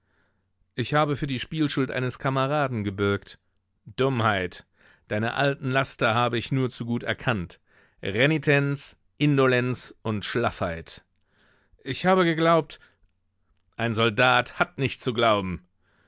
ich habe für die spielschuld eines kameraden gebürgt dummheit deine alten laster habe ich nur zu gut erkannt renitenz indolenz und schlaffheit ich habe geglaubt ein soldat hat nicht zu glauben